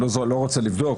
אני לא רוצה לבדוק,